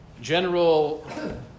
General